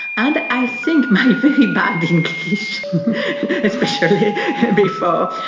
and i think my very bad english, especially before,